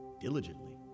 diligently